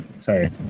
Sorry